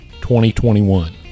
2021